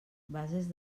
bases